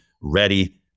ready